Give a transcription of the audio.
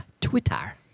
Twitter